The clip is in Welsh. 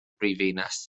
brifddinas